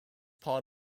part